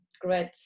great